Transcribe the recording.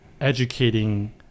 educating